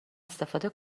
استفاده